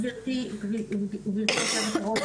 גברתי היושבת-ראש,